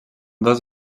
dos